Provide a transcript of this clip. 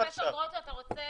פרופ' גרוטו, אתה רוצה